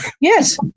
Yes